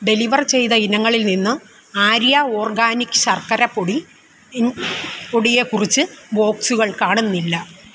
deliver ചെയ്ത ഇനങ്ങളിൽ നിന്ന് ആര്യ ഓർഗാനിക് ശർക്കര പൊടി ൻ പൊടിയെ കുറച്ച് ബോക്സുകൾ കാണുന്നില്ല